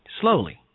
Slowly